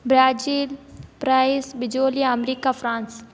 Brazil price Bijolia America France